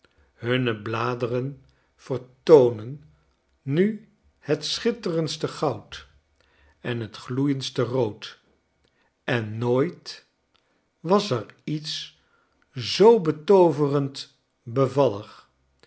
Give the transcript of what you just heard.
hunne bladeren vertoonen nu het schitterendste goud en het gloeiendste rood en nooit was er iets zoo betooverend bevallig